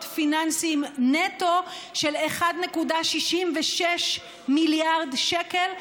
פיננסיים נטו של 1.66 מיליארד שקל,